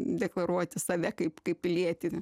deklaruoti save kaip kaip pilietį